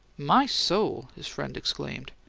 my soul! his friend exclaimed.